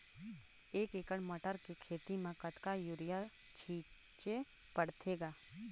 एक एकड़ मटर के खेती म कतका युरिया छीचे पढ़थे ग?